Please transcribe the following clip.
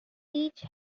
each